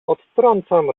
odtrącam